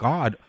God